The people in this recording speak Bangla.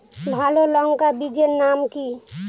ভালো লঙ্কা বীজের নাম কি?